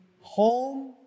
home